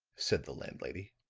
said the landlady,